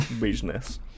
Business